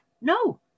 No